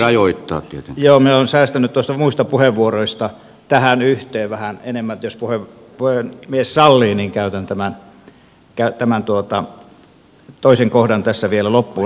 joo minä olen säästänyt noista muista puheenvuoroista tähän yhteen vähän enemmän niin että jos puhemies sallii niin käytän tämän toisen kohdan tässä vielä loppuun